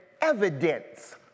evidence